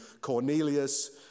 Cornelius